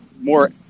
more